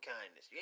kindness